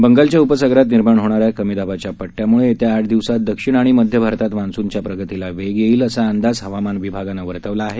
बंगालच्या उपसागरात निर्माण होणाऱ्या कमी दाबाच्या पट्टयामुळे येत्या आठ दिवसांत दक्षिण आणि मध्य भारतात मान्सूनच्या प्रगतीला वेग येईल असा अंदाज हवामान विभागानं वर्तवला आहे